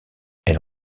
elle